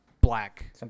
Black